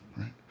right